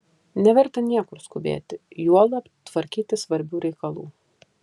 neverta niekur skubėti juolab tvarkyti svarbių reikalų